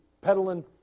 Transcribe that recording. peddling